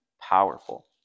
powerful